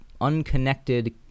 unconnected